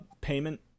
payment